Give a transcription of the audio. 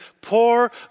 poor